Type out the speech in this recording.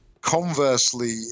Conversely